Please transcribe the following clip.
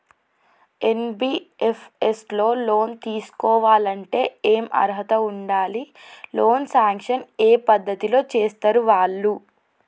NBFS లో loan తీస్కోవాలంటే ఏం అర్హత ఉండాలి? లోన్ సాంక్షన్ ఏ పద్ధతి లో చేస్తరు వాళ్లు?